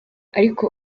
ariko